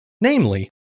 namely